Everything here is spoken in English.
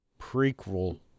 prequel